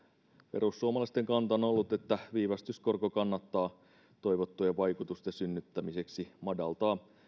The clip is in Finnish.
perussuomalaisten kanta on ollut että viivästyskorko kannattaa toivottujen vaikutusten synnyttämiseksi madaltaa